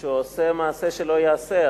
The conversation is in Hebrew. שהוא עושה מעשה שלא ייעשה,